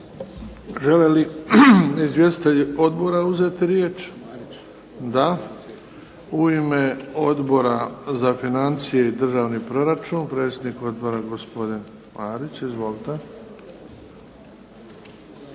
Žele li izvjestitelji odbora uzeti riječ? Da. U ime Odbora za financije i državni proračun, predsjednik odbora gospodin Marić. Izvolite.